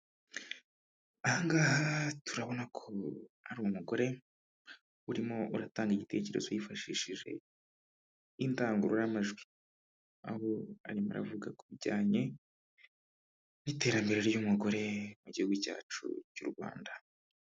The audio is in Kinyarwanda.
Aha ngaha turabona ko ari umugore urimo uratanga igitekerezo yifashishije indangururamajwi. aho arimo aravuga ku bijyanye n'iterambere ry'umugore mu gihugu cyacu cy'u Rwanda.